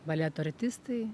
baleto artistai